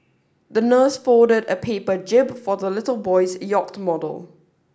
the nurse folded a paper jib for the little boy's yacht model